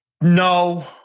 no